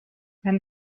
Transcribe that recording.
when